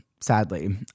sadly